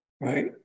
right